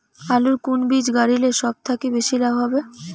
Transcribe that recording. আলুর কুন বীজ গারিলে সব থাকি বেশি লাভ হবে?